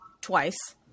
twice